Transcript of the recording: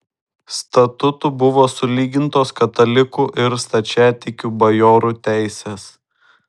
statutu buvo sulygintos katalikų ir stačiatikių bajorų teisės